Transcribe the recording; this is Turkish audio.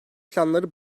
planları